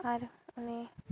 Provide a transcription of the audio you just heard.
ᱟᱨ ᱩᱱᱤ